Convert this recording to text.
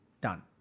done